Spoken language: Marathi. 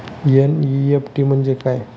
एन.ई.एफ.टी म्हणजे काय?